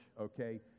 okay